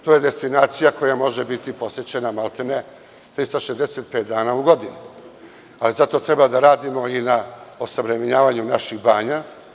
To je destinacija koja može biti posećena maltene 365 dana u godini, ali zato treba da radimo i na osavremenjavanju naših banja.